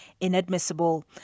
inadmissible